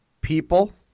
people